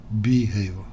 behavior